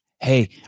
Hey